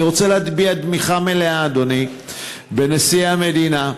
אני רוצה להביע תמיכה מלאה, אדוני, בנשיא המדינה,